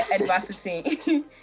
adversity